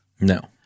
no